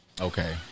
Okay